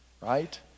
Right